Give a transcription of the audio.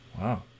Wow